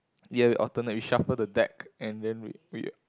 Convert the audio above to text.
ya we alternate we shuffle the deck and then we we